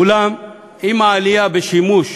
אולם עם העלייה בשימוש